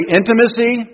intimacy